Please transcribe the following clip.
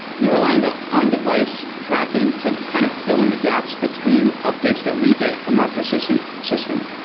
we rely on the on-device tracking to kind of fill in the gaps between updates that we get from our persistent system,